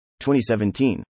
2017